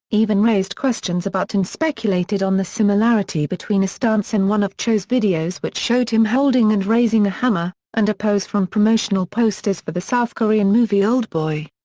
even raised questions about and speculated on the similarity between a stance in one of cho's videos which showed him holding and raising a hammer, and a pose from promotional posters for the south korean movie oldboy.